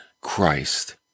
Christ